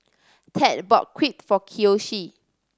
Ted bought Crepe for Kiyoshi